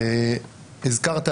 הזכרת,